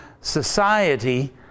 society